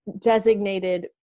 designated